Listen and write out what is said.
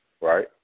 right